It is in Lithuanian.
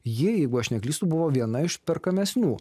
jeigu aš neklystu buvo viena iš perkamesnių